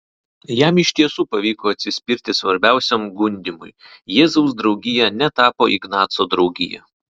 jam iš tiesų pavyko atsispirti svarbiausiam gundymui jėzaus draugija netapo ignaco draugija